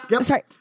Sorry